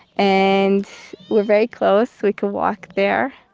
and we're very close, we can walk there.